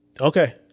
okay